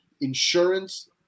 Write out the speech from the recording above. insurance